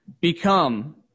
become